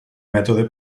mètode